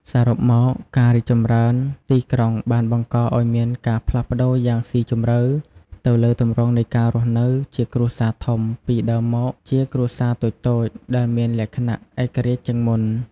សរុបមក ការរីកចម្រើនទីក្រុងបានបង្កឱ្យមានការផ្លាស់ប្ដូរយ៉ាងស៊ីជម្រៅទៅលើទម្រង់នៃការរស់នៅជាគ្រួសារធំពីដើមមកជាគ្រួសារតូចៗ ដែលមានលក្ខណៈឯករាជ្យជាងមុន។